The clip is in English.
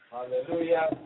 Hallelujah